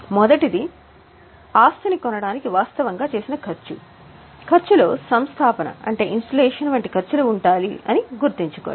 మొదటిది వాస్తవానికి ఆస్తి కొనడానికి చేసిన ఖర్చు ఖర్చులో సంస్థాపన అంటే ఇన్స్టలేషన్ వంటి ఖర్చులు ఉండాలి అని గుర్తుంచుకోండి